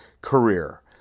career